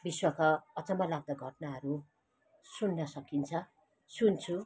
विश्वका अच्चमलाग्दा घटनाहरू सुन्न सकिन्छ सुन्छु